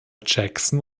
jackson